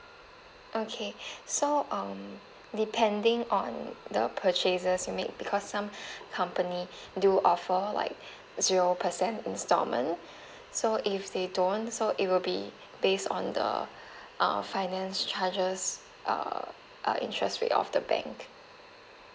okay so um depending on the purchases you make because some company do offer like zero percent instalment so if they don't so it will be based on the uh finance charges uh uh interest rate of the bank